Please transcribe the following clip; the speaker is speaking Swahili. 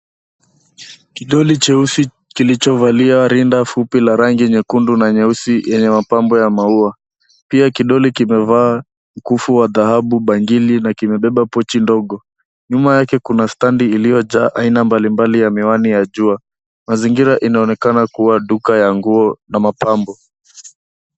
Kidoli cheusi kilichovalia rinda fupi la rangi nyekundu na nyeusi yenye mapambo ya maua. Pia kidoli kimevaa mkufu wa dhahabu, bangili na kimebeba pochi ndogo. Nyuma yake kuna standi iliyojaa aina mbalimbali ya miwani ya jua. Mazingira inaonekana kuwa duka ya nguo na mapambo.